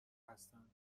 هستند